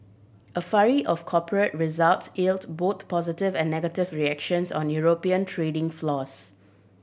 a flurry of corporate results yielded both positive and negative reactions on European trading floors